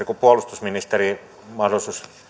kuin puolustusministeri ja on mahdollisuus